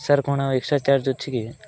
sir କ'ଣ extra charge ଅଛି କି